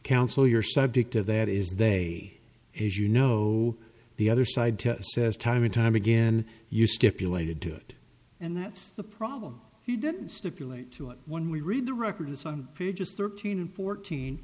you're subject to that is they as you know the other side says time and time again you stipulated to it and that's the problem he didn't stipulate to it when we read the records on pages thirteen and fourteen